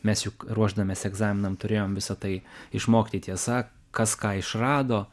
mes juk ruošdamiesi egzaminam turėjom visa tai išmokti tiesa kas ką išrado